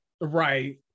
right